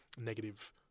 negative